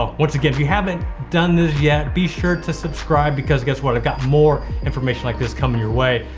um once again, if you haven't done this yet, be sure to subscribe, because guess what? i've got more information like this coming your way.